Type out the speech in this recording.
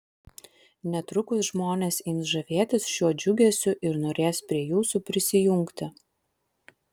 netrukus žmonės ims žavėtis šiuo džiugesiu ir norės prie jūsų prisijungti